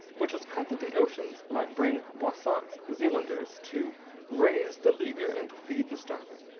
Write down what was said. which was cut that the oceans might bring boisot's zealanders to raise the leaguer and feed the starving.